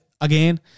Again